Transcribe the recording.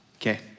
okay